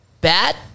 bad